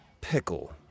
Pickle